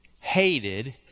hated